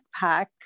backpack